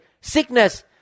sickness